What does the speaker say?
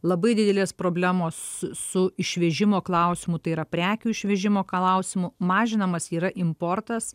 labai didelės problemos su išvežimo klausimu tai yra prekių išvežimo klausimu mažinamas yra importas